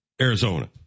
Arizona